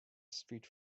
street